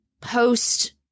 post